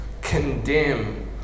condemn